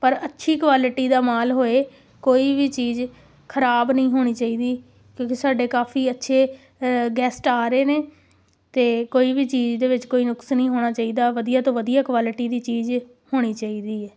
ਪਰ ਅੱਛੀ ਕੁਆਲਿਟੀ ਦਾ ਮਾਲ ਹੋਏ ਕੋਈ ਵੀ ਚੀਜ਼ ਖਰਾਬ ਨਹੀਂ ਹੋਣੀ ਚਾਹੀਦੀ ਕਿਉਂਕਿ ਸਾਡੇ ਕਾਫੀ ਅੱਛੇ ਗੈਸਟ ਆ ਰਹੇ ਨੇ ਅਤੇ ਕੋਈ ਵੀ ਚੀਜ਼ ਦੇ ਵਿੱਚ ਕੋਈ ਨੁਕਸ ਨਹੀਂ ਹੋਣਾ ਚਾਹੀਦਾ ਵਧੀਆ ਤੋਂ ਵਧੀਆ ਕੁਆਲਿਟੀ ਦੀ ਚੀਜ਼ ਹੋਣੀ ਚਾਹੀਦੀ ਹੈ